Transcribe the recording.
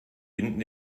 binden